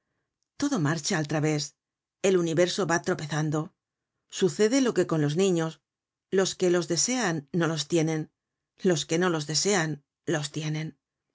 todo marcha al través el universo va tropezando sucede lo que con los niños los que lo desean no los tienen los que no los desean los tienen